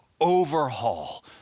overhaul